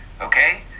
okay